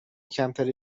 کمتری